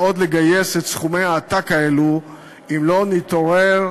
יהיה לגייס את סכומי העתק האלה אם לא נתעורר,